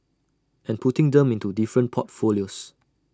and putting them into different portfolios